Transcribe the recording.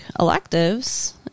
electives